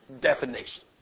definition